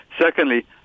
Secondly